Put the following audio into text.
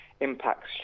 impacts